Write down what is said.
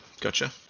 gotcha